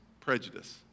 prejudice